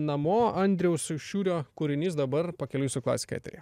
namo andriaus šiurio kūrinys dabar pakeliui su klasika eteryje